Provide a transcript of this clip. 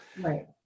Right